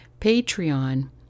Patreon